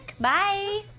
Bye